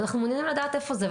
אנחנו מעוניינים לדעת איפה זה,